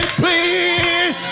please